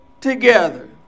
together